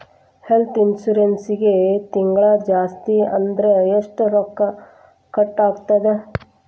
ಹೆಲ್ತ್ಇನ್ಸುರೆನ್ಸಿಗೆ ತಿಂಗ್ಳಾ ಜಾಸ್ತಿ ಅಂದ್ರ ಎಷ್ಟ್ ರೊಕ್ಕಾ ಕಟಾಗ್ತದ?